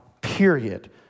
period